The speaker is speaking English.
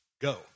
go